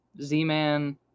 Z-Man